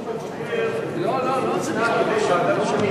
במקרה הזה הבקשה לדוח מבקר ניתנה על-ידי ועדת הפנים.